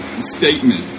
statement